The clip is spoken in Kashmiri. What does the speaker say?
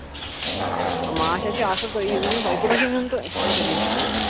ماچھ حظ چھُ اَصٕل تُہی ؤنِو تۄہہِ کوٗتاہ چھُو نیُن تہٕ أسۍ کَرو تَمی حِساب